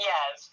Yes